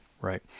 Right